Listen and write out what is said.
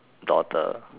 daughter